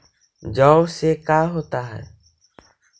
जौ से का होता है?